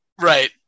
Right